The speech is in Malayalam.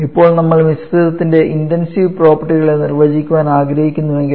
ഇപ്പോൾ നമ്മൾ മിശ്രിതത്തിന്റെ ഇന്റെൻസീവ് പ്രോപ്പർട്ടികൾ നിർവചിക്കാൻ ആഗ്രഹിക്കുന്നുവെങ്കിൽ